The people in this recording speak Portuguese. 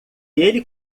ele